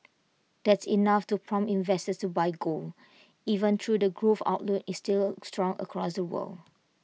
that's enough to prompt investors to buy gold even though the growth outlook is still strong across the world